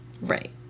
right